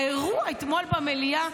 האירוע אתמול במליאה,